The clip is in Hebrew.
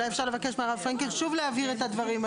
אולי אפשר לבקש מהרב פרנקל שוב להבהיר את הדברים.